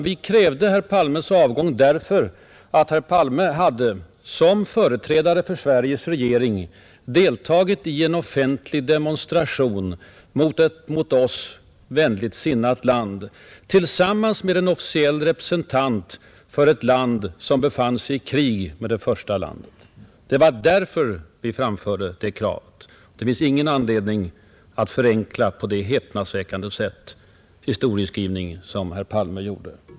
Vi krävde herr Palmes avgång därför att herr Palme som företrädare för Sveriges regering hade deltagit i en offentlig demonstration mot ett mot oss vänligt sinnat land tillsammans med en officiell representant för en stat som befann sig i krig med det landet. Det var därför vi framförde vårt krav, Det finns ingen anledning att förenkla historieskrivningen på det häpnadsväckande sätt som herr Palme gjorde.